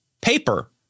paper